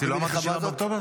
לא אמרתי 7 באוקטובר?